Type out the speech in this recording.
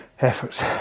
efforts